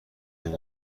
این